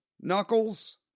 Knuckles